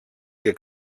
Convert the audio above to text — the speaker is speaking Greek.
και